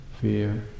fear